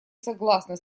согласны